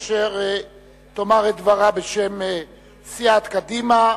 אשר תאמר את דברה בשם סיעת קדימה.